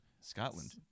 Scotland